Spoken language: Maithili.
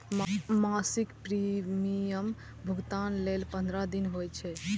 मासिक प्रीमियम भुगतान लेल पंद्रह दिन होइ छै